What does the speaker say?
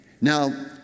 Now